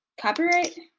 Copyright